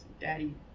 Daddy